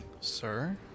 sir